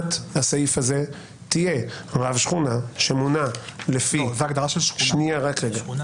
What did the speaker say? הסעיף הזה תהיה רב שכונה שמונה לפי סעיף